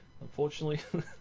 Unfortunately